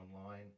online